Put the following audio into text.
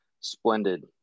splendid